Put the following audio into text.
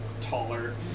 taller